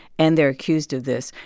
and they're accused of this,